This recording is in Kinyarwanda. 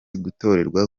gutorerwa